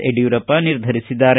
ಯಡಿಯೂರಪ್ಪ ನಿರ್ಧರಿಸಿದ್ದಾರೆ